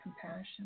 compassion